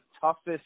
toughest